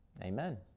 Amen